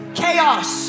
chaos